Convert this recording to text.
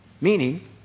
Meaning